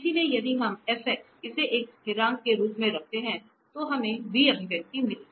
इसलिए यदि हम F इसे एक स्थिरांक के रूप में रखते हैं तो हमें v अभिव्यक्ति मिली